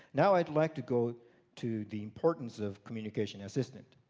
now i would like to go to the importance of communication assistant.